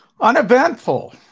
Uneventful